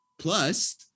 plus